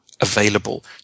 available